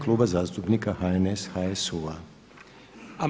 Kluba zastupnika HNS, HSU-a.